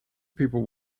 people